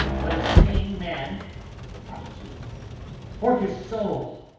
but a sane man fighting for his soul?